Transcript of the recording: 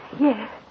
Yes